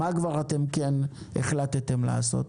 מה כן החלטתם לעשות?